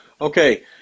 Okay